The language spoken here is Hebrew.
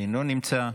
אינו נמצא,